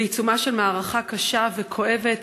בעיצומה של מערכה קשה וכואבת,